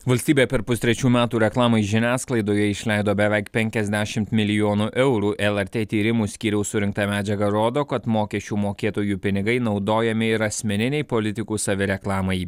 valstybė per pustrečių metų reklamai žiniasklaidoje išleido beveik penkiasdešimt milijonų eurų lrt tyrimų skyriaus surinkta medžiaga rodo kad mokesčių mokėtojų pinigai naudojami ir asmeninei politikų savireklamai